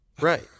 Right